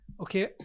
okay